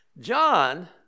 John